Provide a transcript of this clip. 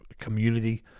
community